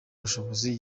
ubushobozi